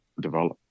develop